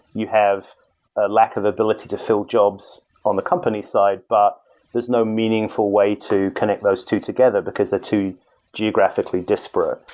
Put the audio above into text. you have a lack of ability to fill jobs on the company side, but there's no meaningful way to connect those two together, because they're two geographically disparate.